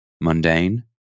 mundane